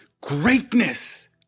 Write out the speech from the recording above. greatness